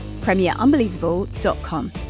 premierunbelievable.com